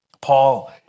Paul